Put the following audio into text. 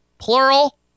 plural